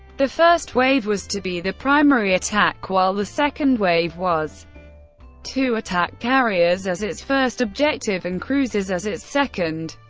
the first wave was to be the primary attack, while the second wave was to attack carriers as its first objective and cruisers as its second,